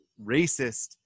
racist